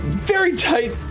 very tight